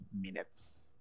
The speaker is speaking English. minutes